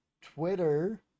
Twitter